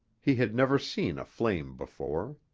he had never seen a flame before.